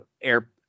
air